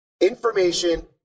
information